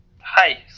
Hi